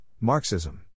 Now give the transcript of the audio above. Marxism